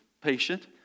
patient